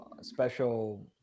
special